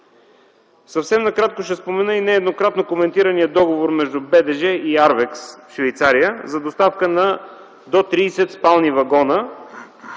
Съвсем накратко ще спомена и нееднократно коментирания договор между БДЖ и „Арвекс” – Швейцария, за доставка на до 30 спални вагона,